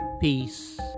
Peace